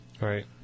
Right